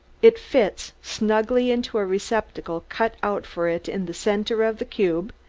it fits snugly into a receptacle cut out for it in the center of the cube,